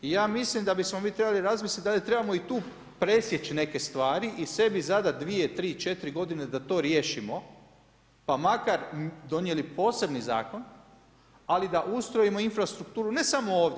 I ja mislim da bismo mi trebali razmisliti da li trebamo i tu presjeći neke stvari i sebi zadati dvije, tri, četiri godine da to riješimo pa makar donijeli posebni zakon, ali da ustrojimo infrastrukturu ne samo ovdje.